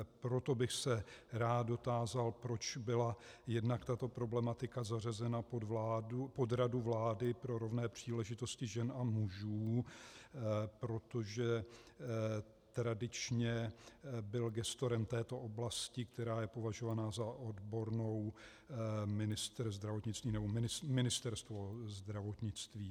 Proto bych se rád dotázal, proč byla jednak tato problematika zařazena pod Radu vlády pro rovné příležitosti žen a mužů, protože tradičně byl gestorem této oblasti, která je považovaná za odbornou, ministr zdravotnictví nebo Ministerstvo zdravotnictví.